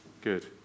Good